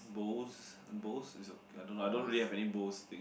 bose bose is a I don't know I don't really have any bose thing